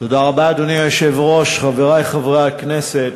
אדוני היושב-ראש, תודה רבה, חברי חברי הכנסת,